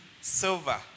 silver